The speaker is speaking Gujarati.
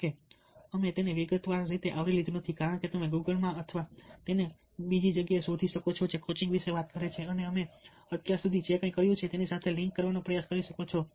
જો કે અમે તેને વિગતવાર રીતે આવરી લીધું નથી કારણ કે તમે ગુગલ માં અથવા તેને અમુક સ્થળો શોધી શકો છો જે કોચિંગ વિશે વાત કરે છે અને અમે અત્યાર સુધી જે કંઈ કર્યું છે તેની સાથે તેને લિંક કરવાનો પ્રયાસ કરી શકો છો